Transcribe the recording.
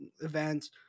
events